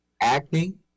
acne